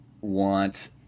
want